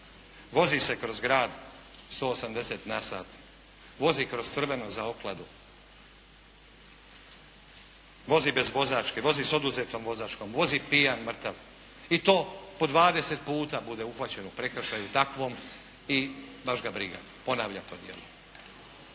vozi se kroz grad 180 na sat, vozi kroz crveno za okladu, vozi bez vozačke, vozi s oduzetom vozačkom, vozi pijan mrtav i to po dvadeset puta bude uhvaćen u prekršaju takvim i baš ga briga, ponavlja to djelo.